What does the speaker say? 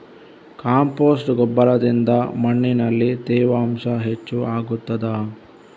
Compost ಗೊಬ್ಬರದಿಂದ ಮಣ್ಣಿನಲ್ಲಿ ತೇವಾಂಶ ಹೆಚ್ಚು ಆಗುತ್ತದಾ?